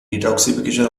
detoxification